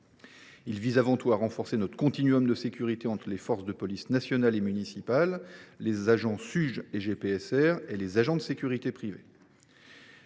vise avant tout à renforcer notre continuum de sécurité entre les forces de polices nationale et municipale, les agents de la Suge et du GPSR, et les agents de sécurité privée.